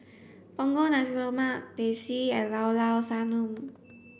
Punggol Nasi Lemak Teh C and Llao Llao Sanum